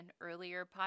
earlier